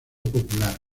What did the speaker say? popular